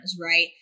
right